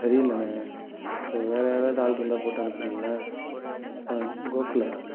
சரியில்லைண்ண so வேறே யாராவது ஆள் இருந்தால் போட்டு அனுப்புகிறிங்களா ஆ கோகுலா